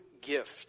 gift